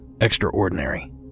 extraordinary